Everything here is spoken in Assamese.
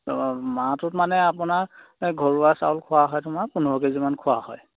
তাৰপৰা মাহটোত মানে আপোনাৰ ঘৰুৱা চাউল খোৱা হয় তোমাৰ পোন্ধৰ কে জিমান খোৱা হয়